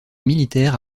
militaires